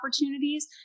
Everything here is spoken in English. opportunities